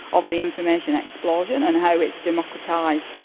of the information explosion and how it's democratised,